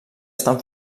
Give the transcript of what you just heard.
estan